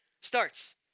starts